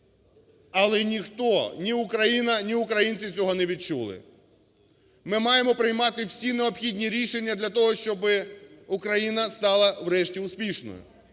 але ніхто, ні Україна, ні українці цього не відчули. Ми маємо приймати всі необхідні рішення для того, щоби Україна стала врешті успішною.